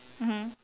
mmhmm